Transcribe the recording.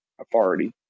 authority